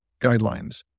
guidelines